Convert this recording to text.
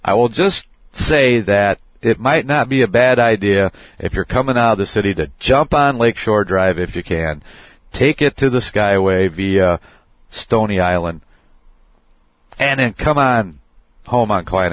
i will just say that it might not be a bad idea if you're coming out of the city to jump on lakeshore drive if you can take it to the skywave stony island and come on home